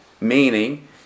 meaning